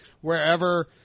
wherever